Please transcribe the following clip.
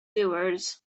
doers